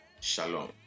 shalom